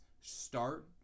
start